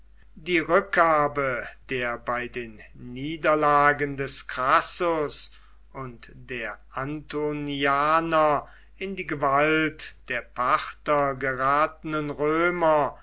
die rückgabe der bei den niederlagen des crassus und der antonianer in die gewalt der parther geratenen römer